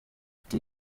ati